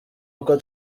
uko